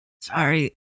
Sorry